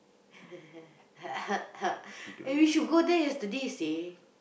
eh we should go there yesterday seh